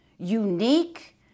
unique